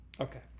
Okay